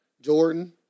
Jordan